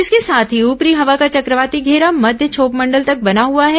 इसके साथ ही ऊपरी हवा का चक्रवाती घेरा मध्य क्षोभमंडल तक बना हुआ है